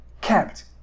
kept